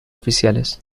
oficiales